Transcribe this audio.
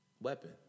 weapon